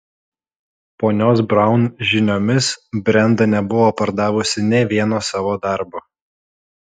ponios braun žiniomis brenda nebuvo pardavusi nė vieno savo darbo